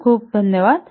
खूप खूप धन्यवाद